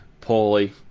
poorly